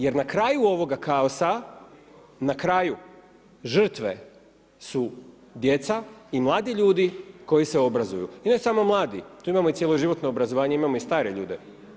Jer na kraju ovoga kaosa, na kraju, žrtve su djeca i mladi ljudi koji se obrazuju, ne samo mladi, tu imamo i cjeloživotno obrazovanje, imamo i stare ljude.